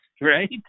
right